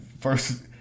first